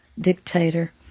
dictator